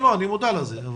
אני מודע לזה.